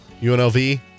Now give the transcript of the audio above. UNLV